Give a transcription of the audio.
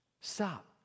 stop